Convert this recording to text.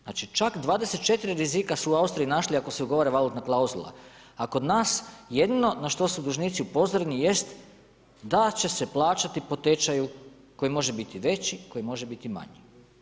Znači čak 24 rizika su u Austriji našli ako se ugovara valutna klauzula, a kod nas jedino na što dužnici upozoreni jest da će se plaćati po tečaju koji može biti veći, koji može biti manji.